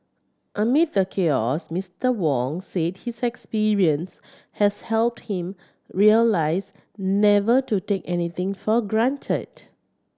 amid the chaos Mister Wong said his experience has helped him realise never to take anything for granted